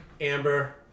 Amber